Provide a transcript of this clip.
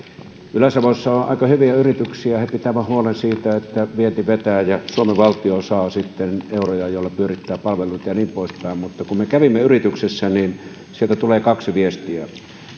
ylä savossa on aika hyviä yrityksiä he pitävät huolen siitä että vienti vetää ja suomen valtio saa sitten euroja joilla pyörittää palveluita ja niin poispäin mutta kun me kävimme yrityksissä niin sieltä tuli kaksi viestiä